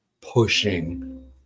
Pushing